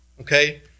okay